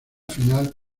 final